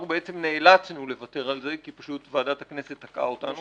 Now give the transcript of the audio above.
בעצם נאלצנו לוותר על זה כי פשוט ועדת הכנסת תקעה אותנו.